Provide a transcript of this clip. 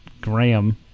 Graham